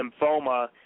lymphoma